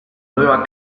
nueva